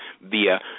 via